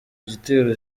gitero